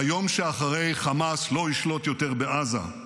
ביום שאחרי חמאס לא ישלוט יותר בעזה,